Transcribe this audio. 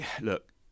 look